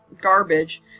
garbage